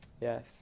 Yes